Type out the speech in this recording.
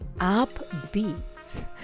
upbeats